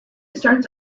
starts